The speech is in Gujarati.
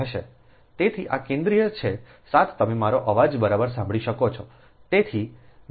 તેથી આ કેન્દ્રિય છે 7 તમે મારો અવાજ બરાબર સાંભળી શકો છો